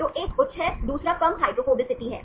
तो एक उच्च है दूसरा कम हाइड्रोफोबिसिटी है